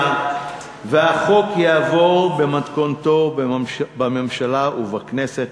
והחוק יעבור במתכונתו בממשלה ובכנסת.